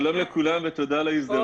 שלום לכולם ותודה על ההזדמנות להופיע בפניכם.